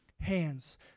hands